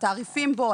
התעריפים בו,